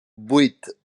vuit